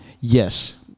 Yes